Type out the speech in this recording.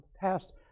past